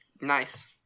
nice